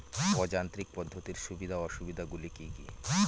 অযান্ত্রিক পদ্ধতির সুবিধা ও অসুবিধা গুলি কি কি?